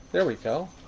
there we go.